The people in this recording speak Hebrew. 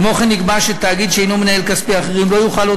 כמו כן נקבע שתאגיד שאינו מנהל כספי אחרים לא יוכל עוד